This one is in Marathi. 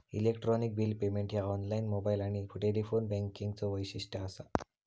इलेक्ट्रॉनिक बिल पेमेंट ह्या ऑनलाइन, मोबाइल आणि टेलिफोन बँकिंगचो वैशिष्ट्य असा